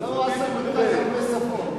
אז למה הוא עשה כל כך הרבה שפות?